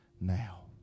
now